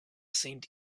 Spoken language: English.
seemed